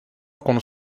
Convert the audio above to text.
con